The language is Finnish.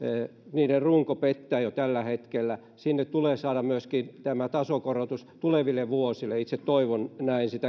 niiden runko pettää jo tällä hetkellä sinne tulee saada myöskin tämä tasokorotus tuleville vuosille itse toivon näin